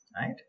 right